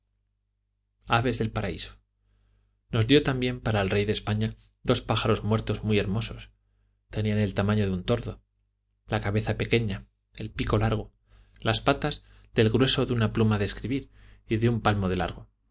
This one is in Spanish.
del paraíso nos dio también para el rey de españa dos pájaros muertos muy hermosos tenían el tamaño de un tordo la cabeza pequeña el pico largo las patas del grueso de una pluma de escribir y de un palmo de largo